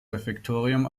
refektorium